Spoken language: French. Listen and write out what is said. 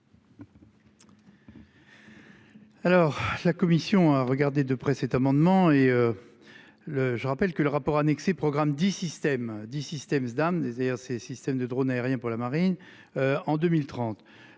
Alors la Commission regarder de près cet amendement et. Le, je rappelle que le rapport annexé programme dit système dit système. Désert, ces systèmes de drônes aériens pour la marine. En 2030